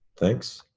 thanks.